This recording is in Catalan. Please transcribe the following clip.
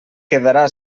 quedarà